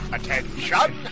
Attention